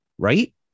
right